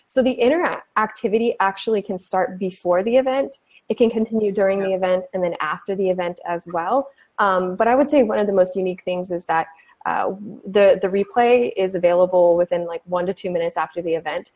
so the interact activity actually can start before the event it can continue during the event and then after the event as well but i would say one of the most unique things is that the replay is available within like one to two minutes after the event